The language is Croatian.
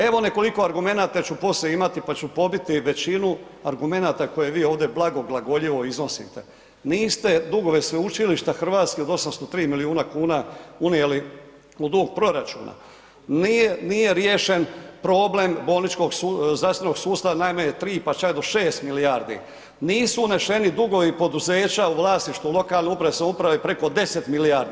Evo nekoliko argumenata ću poslije imati, pa ću pobiti većinu argumenata koje vi ovdje blago, blagoljivo iznosite, niste dugove Sveučilišta Hrvatske od 803 milijuna kuna unijeli u dug proračuna, nije, nije riješen problem bolničkog zdravstvenog sustava najmanje 3, pa čak do 6 milijardi, nisu unešeni dugovi poduzeća u vlasništvu lokalne uprave, samouprave preko 10 milijardi.